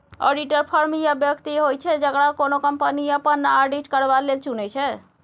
auditor firm या बेकती होइ छै जकरा कोनो कंपनी अपन आडिट करबा लेल चुनै छै